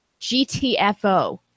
gtfo